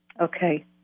Okay